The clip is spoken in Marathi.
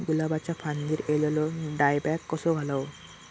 गुलाबाच्या फांदिर एलेलो डायबॅक कसो घालवं?